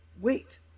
wait